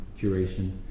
curation